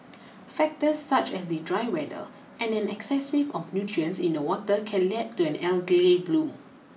factors such as the dry weather and an excessive of nutrients in the water can lead to an algae bloom